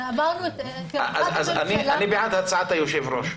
אני בעד הצעת היושב-ראש.